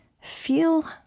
feel